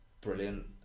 brilliant